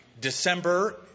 December